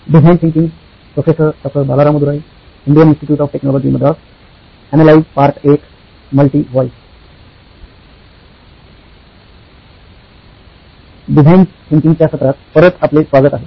design thinking च्या सत्रात परत आपले स्वागत आहे